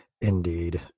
Indeed